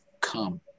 come